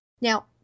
Now